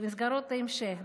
במסגרות ההמשך,